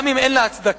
גם אם אין לה הצדקה